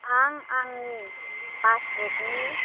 आं आंनि पासबुकनि